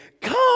come